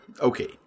Okay